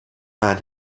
man